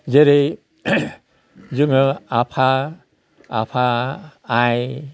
जेरै जोङो आफा आफा आइ